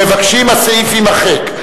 מבקשים שהסעיף יימחק.